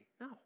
No